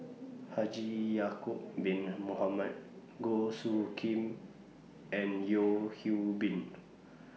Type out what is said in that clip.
Haji Ya'Acob Bin Mohamed Goh Soo Khim and Yeo Hwee Bin